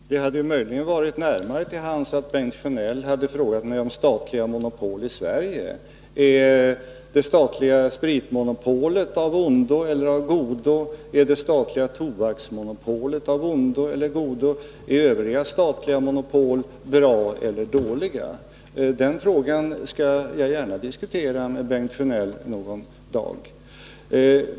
Herr talman! Det hade möjligen legat närmare till hands för Bengt Sjönell att fråga mig om statliga monopol i Sverige — är det statliga spritmonopolet av ondo eller av godo, är det statliga tobaksmonopolet av ondo eller av godo, är övriga statliga monopol bra eller dåliga? Den frågan skall jag gärna diskutera med Bengt Sjönell någon dag.